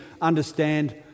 understand